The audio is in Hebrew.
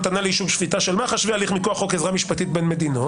המתנה לאישור שפיטה של מח"ש והליך מכוח חוק עזרה משפטית בין מדינות.